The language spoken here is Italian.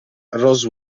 rose